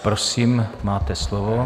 Prosím, máte slovo.